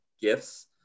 gifts